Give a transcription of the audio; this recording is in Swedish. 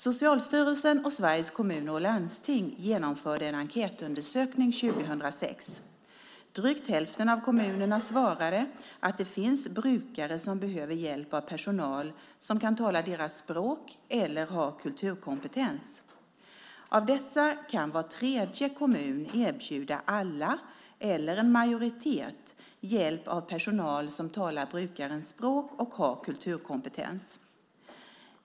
Socialstyrelsen och Sveriges Kommuner och Landsting genomförde en enkätundersökning 2006. Drygt hälften av kommunerna svarade att det finns brukare som behöver hjälp av personal som kan tala deras språk eller har kulturkompetens. Av dessa kan var tredje kommun erbjuda alla eller en majoritet hjälp av personal som talar brukarens språk och har kulturkompetens.